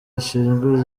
rishinzwe